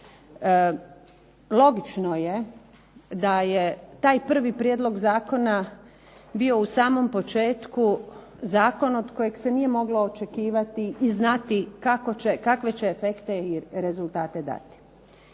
logično je da je taj prvi Prijedlog zakona bio u samom početku zakon od kojeg se nije moglo očekivati i znati kakve će efekte i rezultate dati.